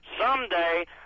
Someday